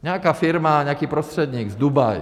Nějaká firma, nějaký prostředník z Dubaje.